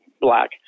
black